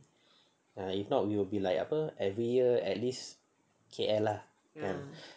ah if not we will be like apa every year at least K_L lah